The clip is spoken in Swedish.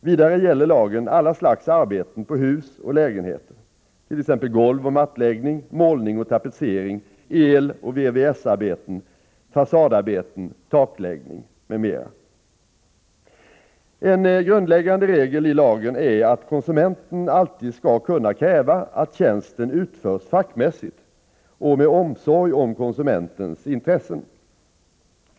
Vidare gäller lagen alla slags arbeten på hus och lägenheter, t.ex. golvoch mattläggning, målning och tapetsering, eloch VVS-arbeten, fasadarbeten, takläggning m.m. En grundläggande regel i lagen är att konsumenten alltid skall kunna kräva att tjänsten utförs fackmässigt och med omsorg om konsumentens intressen.